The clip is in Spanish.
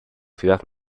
ciudad